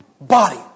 body